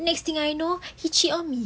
next thing I know he cheat on me